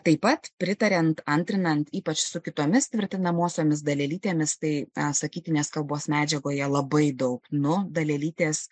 taip pat pritariant antrinant ypač su kitomis vertinamosiomis dalelytėmis tai sakytinės kalbos medžiagoje labai daug nu dalelytės